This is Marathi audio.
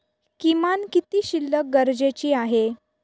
किमान किती शिल्लक गरजेची आहे?